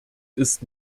ist